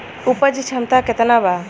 उपज क्षमता केतना वा?